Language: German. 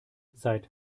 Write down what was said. seit